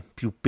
più